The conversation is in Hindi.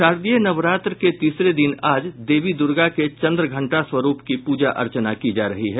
शारदीय नवरात्र के तीसरे दिन आज देवी दुर्गा के चंद्रघंटा स्वरूप की पूजा अर्चना की जा रही है